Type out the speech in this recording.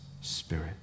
Spirit